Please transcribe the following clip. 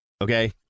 Okay